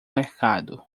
mercado